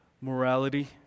morality